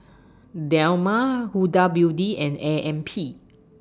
Dilmah Huda Beauty and A M P